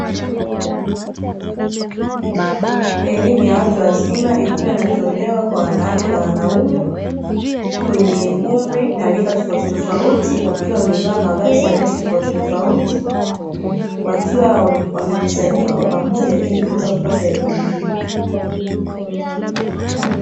Elimu ya watu wazima ikiwa inatolewa kwa wanawake na wanaume, wenye umri na rika tofautitofauti wakiwa wamevaa mavazi ya rangi tofautitofauti. Wakiwa wamekusanyika kwa pamoja ili kuweza kupata elimu hiyo.